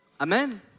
Amen